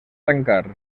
tancar